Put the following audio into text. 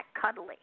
cuddly